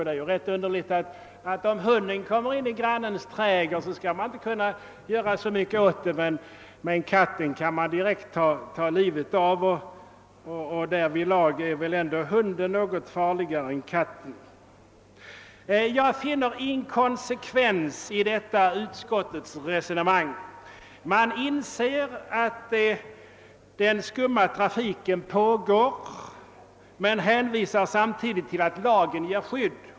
Det är rätt underligt att om hunden kommer in i grannens trädgård kan man inte göra så mycket åt det men en katt kan man ta livet av. Hunden är väl ändå något farligare än katten. Man inser att den skumma trafiken pågår men hänvisar samtidigt till att lagen ger skydd.